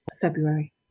February